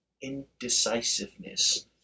Indecisiveness